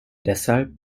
deshalb